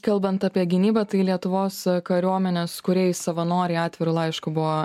kalbant apie gynybą tai lietuvos kariuomenės kūrėjai savanoriai atviru laišku buvo